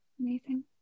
Amazing